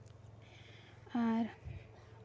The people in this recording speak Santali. ᱟᱨ